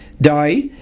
die